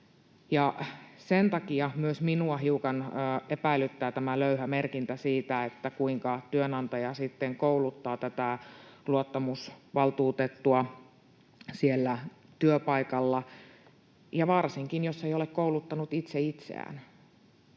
Sen takia myös minua hiukan epäilyttää tämä löyhä merkintä siitä, kuinka työnantaja sitten kouluttaa tätä luottamusvaltuutettua siellä työpaikalla — varsinkin, jos ei ole kouluttanut itse itseään,